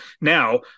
Now